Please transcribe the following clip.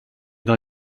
dans